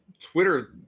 twitter